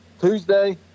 Tuesday